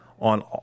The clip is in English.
on